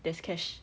there's cash